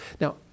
Now